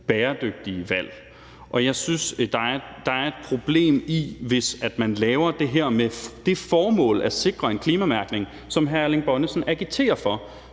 bæredygtige valg. Og jeg synes, der er et problem, hvis man laver det her med det formål at sikre den klimamærkning, som hr. Erling Bonnesen agiterer for,